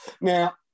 Now